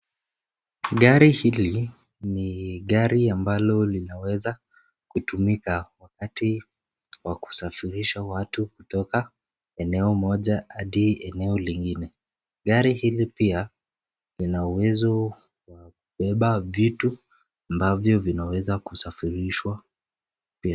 Gari hili ni gari ambalo linaweza kutumika wakati wa kusafirisha watu kutoka eneo moja hadi eneo lingine. Gari hili pia lina uwezo wa kubeba vitu ambavyo vinaweza kusafirishwa pia.